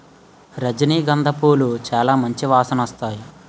రజనీ గంధ పూలు సాలా మంచి వాసనొత్తాయి